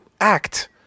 act